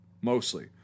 Mostly